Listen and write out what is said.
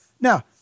Now